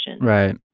Right